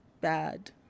bad